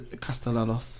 Castellanos